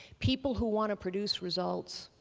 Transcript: people who want to produce results